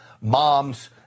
moms